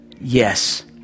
yes